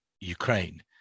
Ukraine